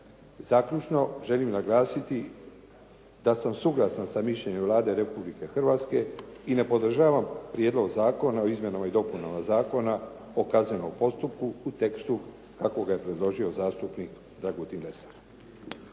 Zaključno, želim naglasiti da sam suglasan sa mišljenjem Vlade Republike Hrvatske i ne podržavam Prijedlog Zakona u izmjenama i dopunama Zakona o kaznenom postupku u tekstu kako ga je predložio zastupnik Dragutin Lesar.